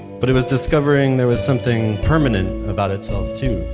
but it was discovering there was something permanent about itself too.